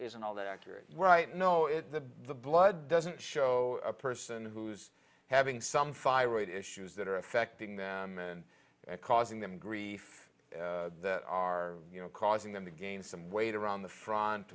isn't all that accurate right know it the blood doesn't show a person who's having some fire at issues that are affecting them and causing them grief are causing them to gain some weight around the front